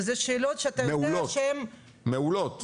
וזה שאלות שאתה יודע שהן --- מעולות.